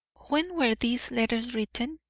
when were these letters written?